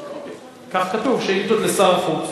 כך כתוב: שאילתות לשר החוץ.